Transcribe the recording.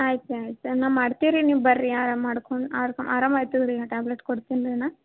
ಆಯ್ತು ರೀ ಆಯ್ತು ನಾ ಮಾಡ್ತೀವಿ ರೀ ನೀವು ಬನ್ರಿ ಮಾಡ್ಕೊಂಡು ಆರಾಮ್ ಆಗ್ತದ್ರಿ ಟ್ಯಾಬ್ಲೆಟ್ ಕೊಡ್ತೀನಿ ನಾ